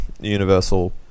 universal